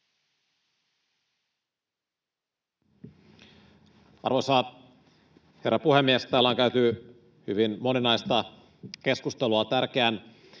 Arvoisa herra puhemies! Täällä on käyty hyvin moninaista keskustelua tärkeän